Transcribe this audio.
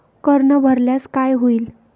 कर न भरल्यास काय होईल?